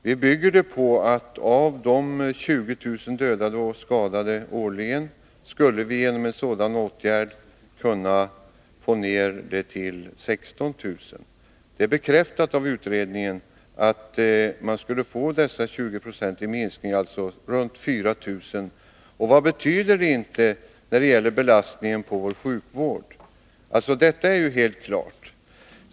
Vår motivering är att en sådan åtgärd skulle minska antalet dödade och skadade, som nu årligen uppgår till 20 000, till 16 000. Det är bekräftat av utredningen att man skulle kunna få en 20-procentig minskning, dvs. 4 000 färre personskadeolyckor. Vad betyder det inte för belastningen på vår sjukvård. Detta är helt klart.